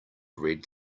red